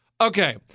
Okay